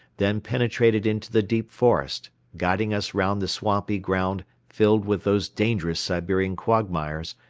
then penetrated into the deep forest, guiding us round the swampy ground filled with those dangerous siberian quagmires,